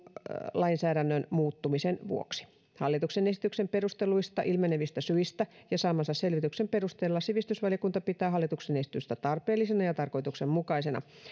lainsäädännön muuttumisen vuoksi hallituksen esityksen perusteluista ilmenevistä syistä ja saamansa selvityksen perusteella sivistysvaliokunta pitää hallituksen esitystä tarpeellisena ja tarkoituksenmukaisena